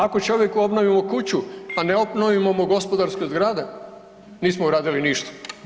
Ako čovjeku obnovimo kuću, a ne obnovimo mu gospodarske zgrade nismo uradili ništa.